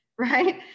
right